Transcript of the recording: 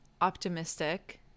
optimistic